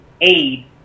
aid